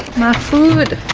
food